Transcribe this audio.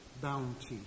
bounty